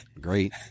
great